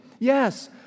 Yes